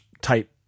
type